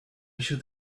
should